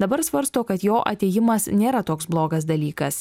dabar svarsto kad jo atėjimas nėra toks blogas dalykas